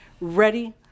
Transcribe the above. ready